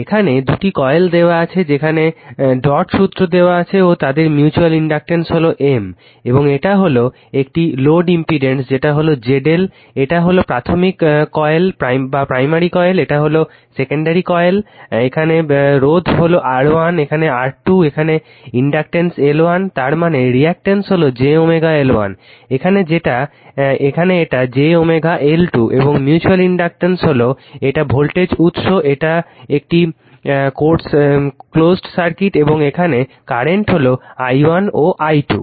এখানে দুটি কয়েল দেওয়া আছে যেখানে ডট সূত্র দেওয়া আছে ও তাদের মিউচুয়াল ইনডাকটেন্স হলো M এবং এটা হলো একটি লোড ইমপিডেন্স যেটা হলো ZL এটা হলো প্রাথমিক কয়েল ও এটা হলো সেকেন্ডারি কয়েল এখানে রোধ হলো R1 এখানে R2 এখানে ইনডাকটেন্স L1 তারমানে রিঅ্যাকটেন্স হলো j L1 এখানে এটা j L2 এবং মিউচুয়াল ইনডাকটেন্স হলো এটা ভোল্টেজ উৎস এটা একটি ক্লোসড সার্কিট এবং এখানে কারেন্ট হলো i1 ও i2